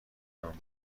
امن